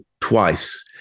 twice